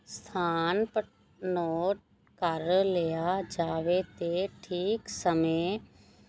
ਸਥਾਨ ਪਤਾ ਨੋਟ ਕਰ ਲਿਆ ਜਾਵੇ ਅਤੇ ਠੀਕ ਸਮੇਂ